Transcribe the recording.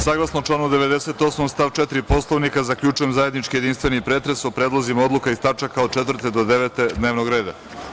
Saglasno članu 98. stav 4. Poslovnika, zaključujem zajednički, jedinstveni pretres o predlozima odluka iz tačaka od četvrte do devete dnevnog reda.